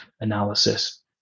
analysis